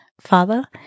father